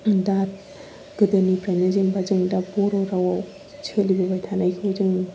गोदोनिफ्रायनो जेन'बा जों दा बर' रावाव सोलिबोबाय थानायखौ जों नुनो मोनो